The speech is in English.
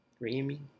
Remy